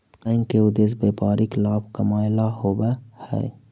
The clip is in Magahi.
बैंक के उद्देश्य व्यापारिक लाभ कमाएला होववऽ हइ